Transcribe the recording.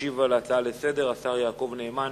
שמספרה 1560. ישיב על ההצעה השר יעקב נאמן